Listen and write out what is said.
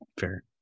Fair